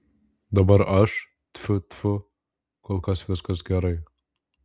dabar aš tfu tfu kol kas viskas gerai